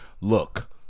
Look